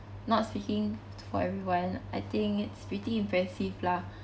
not speaking for everyone I think it's pretty impressive lah